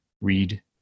read